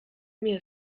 mir